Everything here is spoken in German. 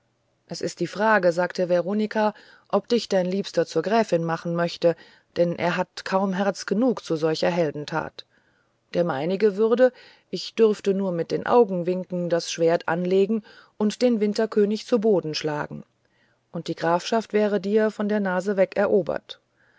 es ist die frage sagte veronika ob dich dein liebster zur gräfin machen möchte denn er hat kaum herz genug zu solcher heldentat der meinige würde ich dürfte nur mit den augen winken das schwert anlegen und den winterkönig zu boden schlagen und die grafschaft wäre dir vor der nase weg erobert